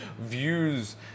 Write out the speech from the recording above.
views